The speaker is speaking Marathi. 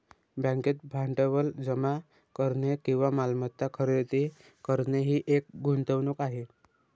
बँकेत भांडवल जमा करणे किंवा मालमत्ता खरेदी करणे ही एक गुंतवणूक आहे